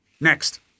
Next